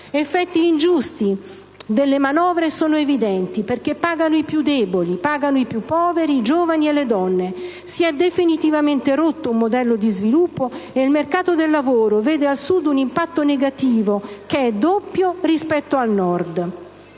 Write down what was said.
effetti ingiusti delle manovre sono evidenti perché pagano i più deboli, pagano i più poveri, i giovani e le donne. Si è definitivamente rotto un modello di sviluppo e il mercato del lavoro vede al Sud un impatto negativo che è doppio rispetto al Nord: